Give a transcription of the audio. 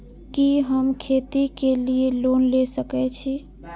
कि हम खेती के लिऐ लोन ले सके छी?